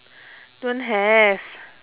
don't have